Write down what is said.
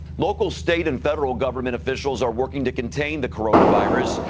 local state and federal government officials are working to contain the coronavirus,